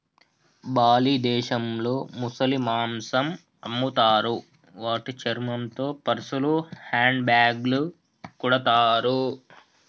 Bali దేశంలో ముసలి మాంసం అమ్ముతారు వాటి చర్మంతో పర్సులు, హ్యాండ్ బ్యాగ్లు కుడతారు